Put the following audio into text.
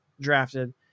drafted